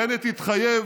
בנט התחייב,